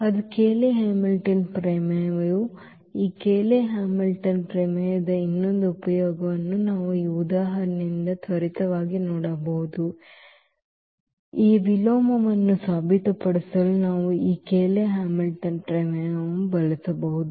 ಅದು Cayley Hamilton ಪ್ರಮೇಯ ಈ ಕೇಲಿ ಹ್ಯಾಮಿಲ್ಟನ್ ಪ್ರಮೇಯದ ಇನ್ನೊಂದು ಉಪಯೋಗವನ್ನು ನಾವು ಈ ಉದಾಹರಣೆಯಿಂದ ತ್ವರಿತವಾಗಿ ನೋಡಬಹುದು ಈ A ವಿಲೋಮವನ್ನು ಸಾಬೀತುಪಡಿಸಲು ನಾವು ಈ ಕೇಲೆ ಹ್ಯಾಮಿಲ್ಟನ್ ಪ್ರಮೇಯವನ್ನು ಬಳಸಬಹುದು